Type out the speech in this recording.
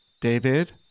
David